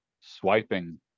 swiping